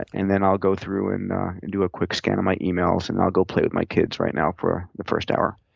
and then i'll go through and and do a quick scan of my e-mails, and i'll go play with my kids right now for the first hour.